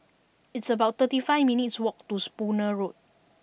it's about thirty five minutes' walk to Spooner Road